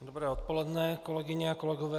Dobré odpoledne, kolegyně a kolegové.